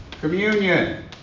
Communion